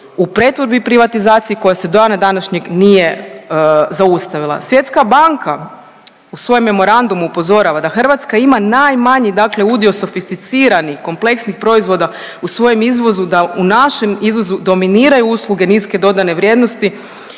u pretvorbi i privatizaciji koja se do dana današnjeg nije zaustavila. Svjetska banka u svojem memorandumu upozorava da Hrvatska ima najmanji dakle udio sofisticiranih kompleksnih proizvoda u svojem izvozu, da u našem izvozu dominiraju usluge niske dodane vrijednosti,